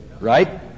right